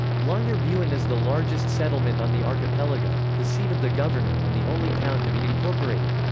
longyearbyen is the largest settlement on the archipelago, the seat of the governor and the only town to be incorporated.